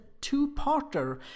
two-parter